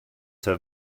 have